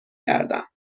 گردم